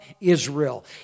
Israel